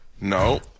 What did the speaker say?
No